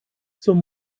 zum